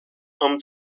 home